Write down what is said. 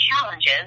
challenges